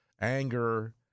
anger